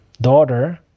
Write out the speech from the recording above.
daughter